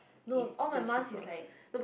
no all my mask is like